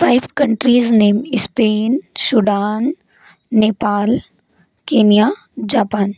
five countries name Spain Sudan Nepal Kenya Japan